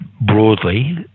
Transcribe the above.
broadly